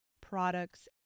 products